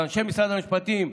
לאנשי משרד המשפטים,